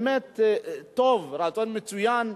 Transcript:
רצון מצוין.